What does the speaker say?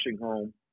home